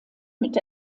mit